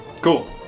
cool